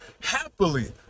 Happily